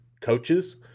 coaches